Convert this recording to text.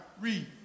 read